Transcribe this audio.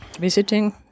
visiting